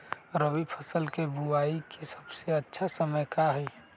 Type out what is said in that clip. रबी फसल के बुआई के सबसे अच्छा समय का हई?